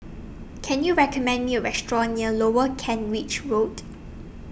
Can YOU recommend Me A Restaurant near Lower Kent Ridge Road